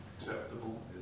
acceptable